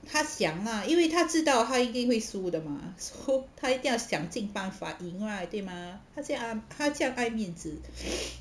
他想啦因为他知道他一定会输的吗 so 他一定要想尽办法赢 right 对吗他这样爱他这样爱面子